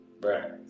Right